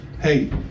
hey